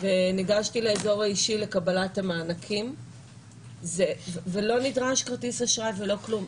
וניגשתי לאזור האישי לקבלת המענקים ולא נדרש כרטיס אשראי ולא כלום.